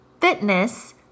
fitness